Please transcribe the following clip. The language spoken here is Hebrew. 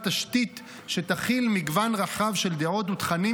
תשתית שתכיל מגוון רחב ככל הניתן של דעות ותכנים.